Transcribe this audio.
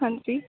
ਹਾਂਜੀ